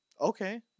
Okay